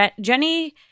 jenny